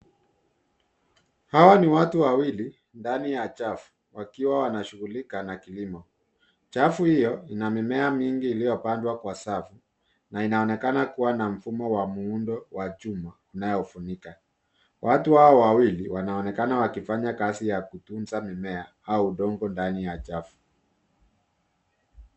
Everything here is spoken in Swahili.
Hawa ni watu wawili ndani ya chafu wakiwa wanashughulika na kilimo. Chafu hiyo ina mimea mingi iliyopandwa kwa safu na inaonekana kuwa na mfumo wa muundo wa chuma inayofunika. Watu hawa wawili wanaonekana wakifanya kazi ya kutunza mimea au udongo ndani ya chafu.